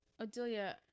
Odilia